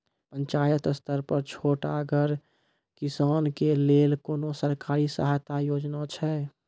पंचायत स्तर पर छोटगर किसानक लेल कुनू सरकारी सहायता योजना छै?